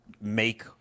make